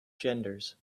genders